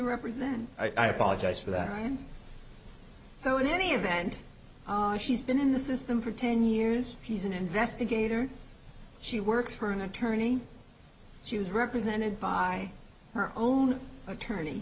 represent i apologize for that and so in any event she's been in the system for ten years she's an investigator she works for an attorney she was represented by her own attorney